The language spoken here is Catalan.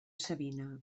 savina